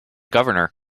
governor